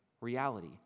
reality